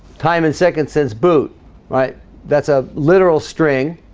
time and second sense but right that's a literal string